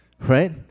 Right